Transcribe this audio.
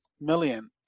million